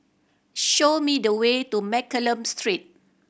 show me the way to Mccallum Street